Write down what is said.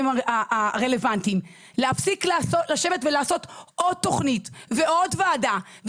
הרלוונטיים להפסיק לשבת ולעשות עוד תוכנית ועוד וועדה,